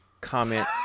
comment